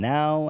Now